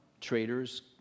traders